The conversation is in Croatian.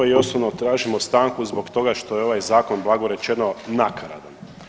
Prvo i osnovno, tražimo stanku zbog toga što je ovaj zakon blago rečeno nakaradan.